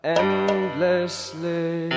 endlessly